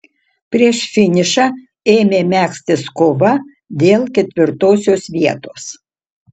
prieš finišą ėmė megztis kova dėl ketvirtosios vietos